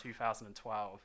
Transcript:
2012